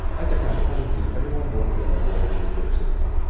like the crown dependencies, everyone born within their borders is a british citizen.